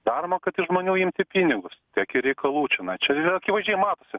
daroma kad iš žmonių imti pinigus tiek ir reikalų čionai čia akivaizdžiai matosi